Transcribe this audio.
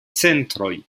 centroj